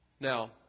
Now